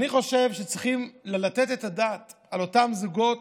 אני חושב שצריכים לתת את הדעת על אותם זוגות.